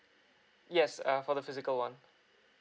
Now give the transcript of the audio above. yes uh for the physical one